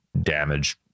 damage